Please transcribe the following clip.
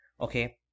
Okay